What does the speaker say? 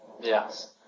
Yes